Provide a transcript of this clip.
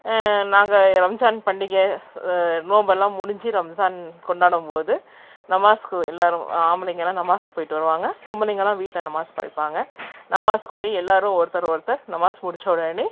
நாங்கள் ரம்ஜான் பண்டிகை நோம்பெல்லாம் முடிஞ்சு ரம்ஜான் கொண்டாடும் போது நமாஸ்க்கு எல்லோரும் ஆம்பளைங்களாம் நமாஸ்க்கு போயிட்டு வருவாங்க பொம்பளைங்களாம் வீட்டில் நமாஸ் படிப்பாங்க நமாஸ்க்கு போய் எல்லோரும் ஒருத்தரு ஒருத்தர் நமாஸ் முடித்த உடனே